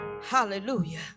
hallelujah